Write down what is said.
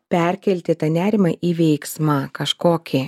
perkelti tą nerimą į veiksmą kažkokį va scenoje tas veiksmas ar